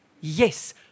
yes